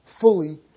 fully